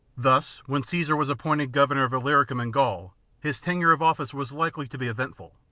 thus when caesar was appointed governor of luyricum and gaul his tenure of office was likely to be eventful,